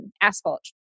asphalt